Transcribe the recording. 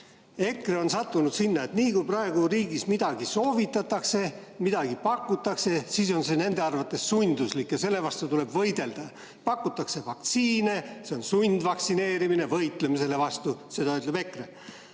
EKRE on jõudnud selleni, et nii kui praegu riigis midagi soovitatakse, midagi pakutakse, siis on see nende arvates sunduslik ja selle vastu tuleb võidelda. Pakutakse vaktsiine – see on sundvaktsineerimine, võitleme selle vastu. Seda ütleb EKRE.